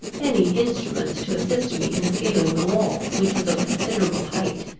any instruments to assist me in scaling the wall, which was of considerable height.